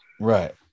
Right